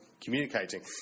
communicating